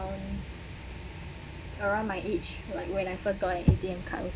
around my age like when I first got an A_T_M cards also